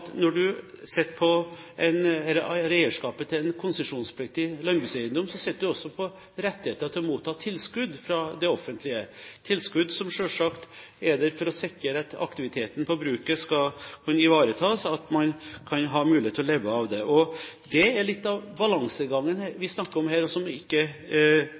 at når man sitter på eierskapet til en konsesjonspliktig landbrukseiendom, sitter man også på en rettighet til å motta tilskudd fra det offentlige – tilskudd som selvsagt er der for å sikre at aktiviteten på bruket skal kunne ivaretas, og at man skal ha mulighet til å leve av det. Det er litt av den balansegangen vi snakker om her, og som ikke